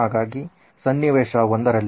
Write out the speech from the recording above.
ಹಾಗಾಗಿ ಸನ್ನಿವೇಶ ಒಂದರಲ್ಲಿ